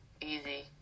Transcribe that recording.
Easy